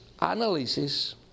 analysis